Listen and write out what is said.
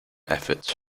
efforts